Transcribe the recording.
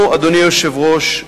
אדוני היושב-ראש,